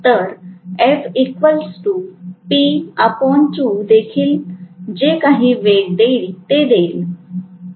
तर f p 2 देखील जे काही वेग देईल ते देईल